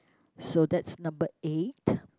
so that's number eight